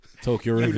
Tokyo